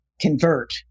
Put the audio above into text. convert